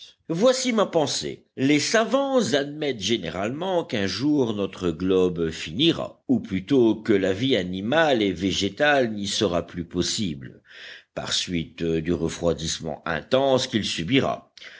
voici ma pensée les savants admettent généralement qu'un jour notre globe finira ou plutôt que la vie animale et végétale n'y sera plus possible par suite du refroidissement intense qu'il subira